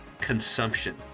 consumption